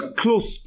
close